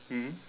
mm